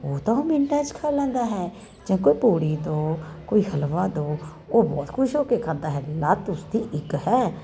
ਉਹ ਦੋ ਮਿੰਟਾਂ ਚ ਖਾ ਲੈਂਦਾ ਹੈ ਜਾ ਕੋਈ ਪੋੜੀ ਤੋ ਕੋਈ ਹਲਵਾ ਦੋ ਉਹ ਬਹੁਤ ਖੁਸ਼ ਹੋ ਕੇ ਖਾਦਾ ਹੈ ਲੱਤ ਉਸਦੀ ਇੱਕ ਹੈ